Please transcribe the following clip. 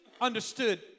understood